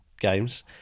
games